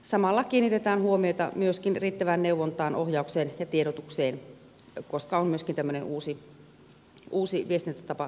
samalla kiinnitetään huomiota myöskin riittävään neuvontaan ohjaukseen ja tiedotukseen koska on myöskin tämmöinen uusi viestintätapa tulossa käyttöön